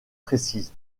précise